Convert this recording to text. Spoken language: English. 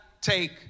take